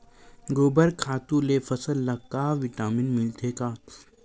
गोबर खातु ले फसल ल का विटामिन मिलथे का?